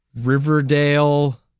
Riverdale